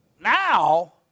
now